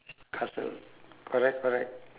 castle correct correct